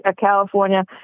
California